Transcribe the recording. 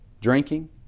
drinking